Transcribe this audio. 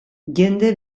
jende